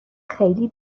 خیلی